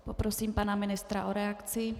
Poprosím pana ministra o reakci.